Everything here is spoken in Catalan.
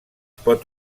pot